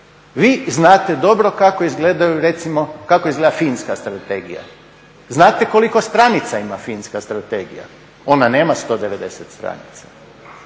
Vi znate dobro kako izgleda recimo finska strategija, znate koliko stranica ima finska strategija, ona nema 190 stranica.